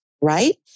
right